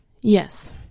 Yes